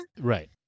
Right